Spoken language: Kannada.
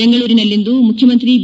ಬೆಂಗಳೂರಿನಲ್ಲಿಂದು ಮುಖ್ಯಮಂತ್ರಿ ಬಿ